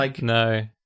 No